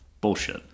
Bullshit